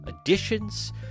additions